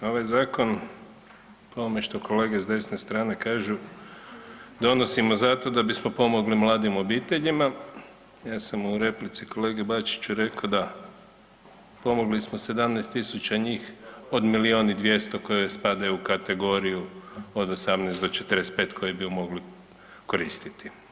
Ovaj zakon o ovome što kolege s desne strane kažu, donosimo zato da bismo pomogli mladim obiteljima, ja sam u replici kolegi Bačiću rekao da, pomogli smo 17 tisuća njih od milijun i 200 koji spadaju u kategoriju od 18 do 45 koji bi ju mogli koristiti.